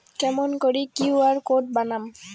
কেমন করি QR code বানাম?